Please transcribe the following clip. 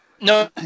No